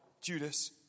Judas